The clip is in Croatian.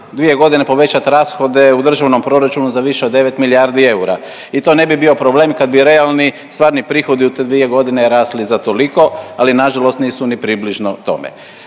dvije godine povećati rashode u državnom proračunu za više od 9 milijardi eura i to ne bi bio problem kad bi realni stvarni prihodi u te dvije godine rasli za toliko, ali nažalost nisu ni približno tome.